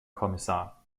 kommissar